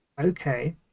okay